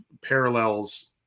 parallels